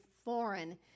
foreign